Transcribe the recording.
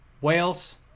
Wales